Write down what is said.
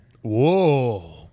Whoa